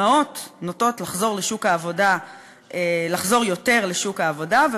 אימהות נוטות לחזור יותר לשוק העבודה,